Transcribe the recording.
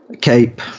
cape